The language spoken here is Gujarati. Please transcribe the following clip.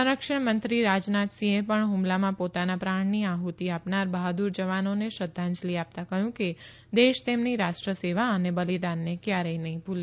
સંરક્ષણ મંત્રી રાજનાથસિંહે પણ ફમલામાં પોતાના પ્રાણની આહતિ આપનાર બહાદુર જવાનોને શ્રધ્ધાંજલી આપતા કહયું કે દેશ તેમની રાષ્ટ્ર સેવા અને બલિદાનને કયારેથ નહી ભુલે